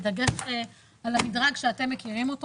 ודגש על המדרג שאתם מכירים אותו.